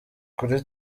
kuri